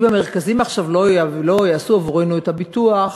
אם עכשיו המרכזים לא יעשו עבורנו את הביטוח